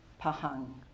Pahang